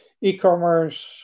e-commerce